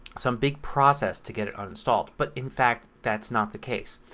some big process to get it uninstalled. but in fact that's not the case.